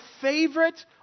favorite